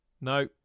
No